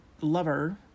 lover